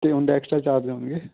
ਅਤੇ ਉਹਦੇ extra charge ਹੋਣਗੇ